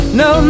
no